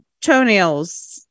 toenails